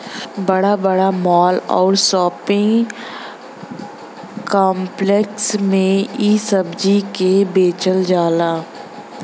बड़ा बड़ा माल आउर शोपिंग काम्प्लेक्स में इ सब्जी के बेचल जाला